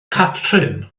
catrin